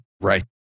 Right